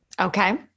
Okay